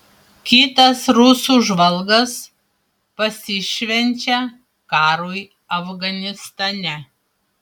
kitas rusų žvalgas pasišvenčia karui afganistane